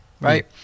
right